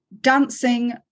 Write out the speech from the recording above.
dancing